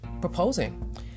proposing